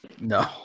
No